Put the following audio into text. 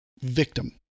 victim